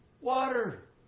water